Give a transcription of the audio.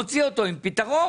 מוציא אותו עם פתרון.